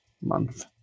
month